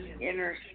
inner